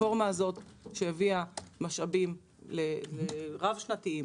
הרפורמה הזאת הביאה משאבים רב-שנתיים